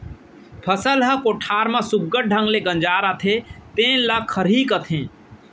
फसल ह कोठार म सुग्घर ढंग ले गंजाय रथे तेने ल खरही कथें